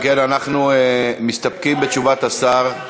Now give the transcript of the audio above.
אם כן, אנחנו מסתפקים בתשובת השר.